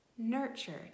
Nurtured